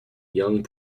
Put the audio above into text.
young